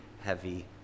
heavy